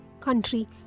country